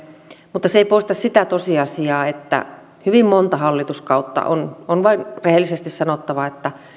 mutta se ei poista sitä tosiasiaa että hyvin monta hallituskautta on on vain rehellisesti sanottava